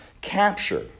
capture